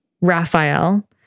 Raphael